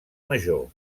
major